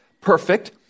perfect